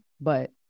but-